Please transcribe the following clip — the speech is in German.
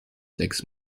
sechs